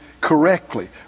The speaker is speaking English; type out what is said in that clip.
correctly